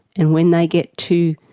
and when they get to,